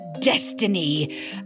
destiny